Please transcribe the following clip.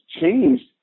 changed